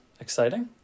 exciting